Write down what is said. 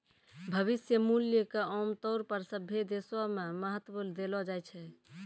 भविष्य मूल्य क आमतौर पर सभ्भे देशो म महत्व देलो जाय छै